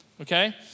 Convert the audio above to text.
Okay